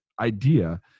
idea